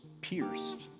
pierced